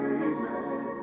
amen